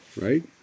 Right